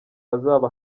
azaba